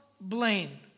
Blaine